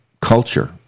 culture